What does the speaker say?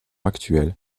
actuel